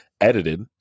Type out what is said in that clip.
edited